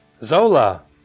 Zola